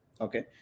Okay